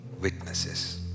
witnesses